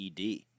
ED